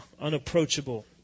unapproachable